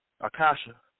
Akasha